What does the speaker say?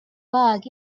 bug